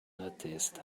noticed